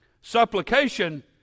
Supplication